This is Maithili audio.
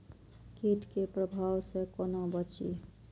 कीट के प्रभाव से कोना बचीं?